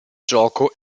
gioco